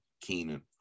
Keenan